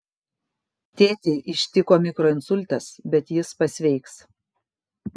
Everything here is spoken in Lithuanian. tėtį ištiko mikroinsultas bet jis pasveiks